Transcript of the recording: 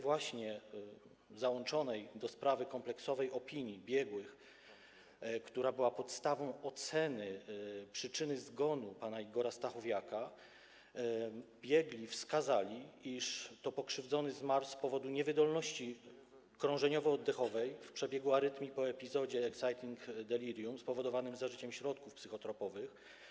Właśnie na podstawie tej załączonej do sprawy kompleksowej opinii biegłych, która była podstawą oceny przyczyny zgonu pana Igora Stachowiaka, biegli wskazali, iż pokrzywdzony zmarł z powodu niewydolności krążeniowo-oddechowej w przebiegu arytmii po epizodzie excited delirium, spowodowanym zażyciem środków psychotropowych.